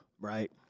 right